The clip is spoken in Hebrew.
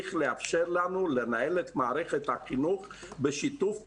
צריך לאפשר לנו לנהל את מערכת החינוך בשיתוף פעולה,